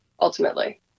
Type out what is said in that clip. ultimately